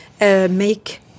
make